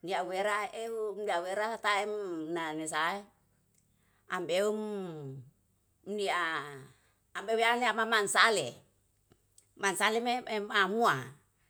nia wera ehu niawera taem nanesae ambeum mia ambewiane amaman sale me mamua.